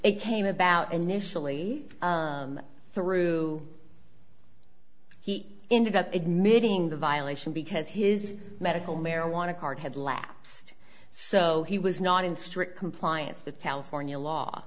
it came about and initially through he ended up admitting the violation because his medical marijuana card had lapsed so he was not in strict compliance with california law